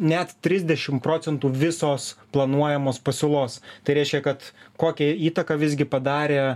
net trisdešim procentų visos planuojamos pasiūlos tai reiškia kad kokią įtaką visgi padarė